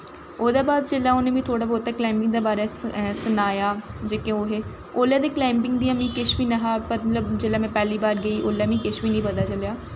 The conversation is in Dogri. ओह्दै बाद उ'नें बी जिसलै थोह्ड़ा बौह्त कलाईंबिंग दे बारै सनाया जेह्के ओह् हे उसलै ते कलाईंबिंग दियां किश बी नेईं ही पर जिसलै में पैह्ली बार गेई उसलै मिगी किश बी निं पता चलेआ